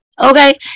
Okay